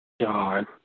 God